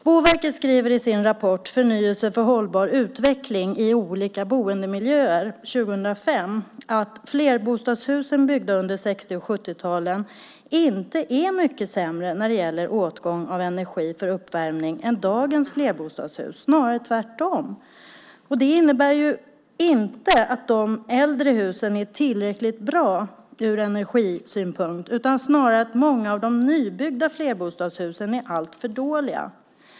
Boverket skriver i sin rapport Förnyelse för hållbar utveckling i olika boendemiljöer från 2005 att flerbostadshusen byggda under 60 och 70-talen inte är mycket sämre när det gäller åtgång av energi för uppvärmning än dagens flerbostadshus. Det är snarare tvärtom. Det innebär inte att de äldre husen är tillräckligt bra ur energisynpunkt utan snarare att många av de nybyggda flerbostadshusen är alltför dåliga.